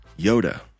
yoda